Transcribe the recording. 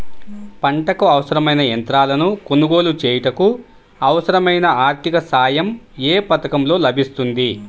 పంటకు అవసరమైన యంత్రాలను కొనగోలు చేయుటకు, అవసరమైన ఆర్థిక సాయం యే పథకంలో లభిస్తుంది?